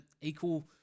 equal